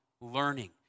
learning